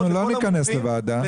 אנחנו לא ניכנס לוועדה.